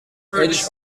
edge